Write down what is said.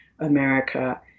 america